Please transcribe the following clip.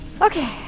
Okay